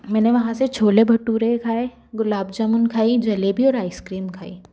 मैंने वहाँ से छोले भटूरे खाए गुलाब जामुन खाई जलेबी और आइसक्रीम खाई